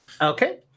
Okay